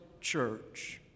church